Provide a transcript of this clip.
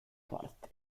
parte